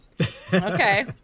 okay